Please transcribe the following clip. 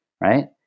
right